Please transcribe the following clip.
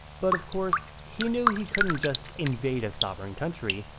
but of course he knew he couldn't just invade a sovereign country,